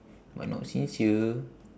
but not sincere